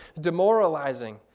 demoralizing